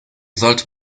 sollte